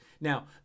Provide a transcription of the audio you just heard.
Now